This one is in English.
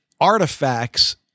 artifacts